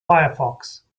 firefox